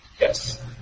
Yes